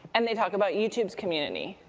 and they talk about youtube's community,